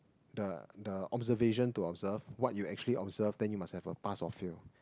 the the observation to observe what you actually observe then you must have a pass or fail